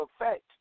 effect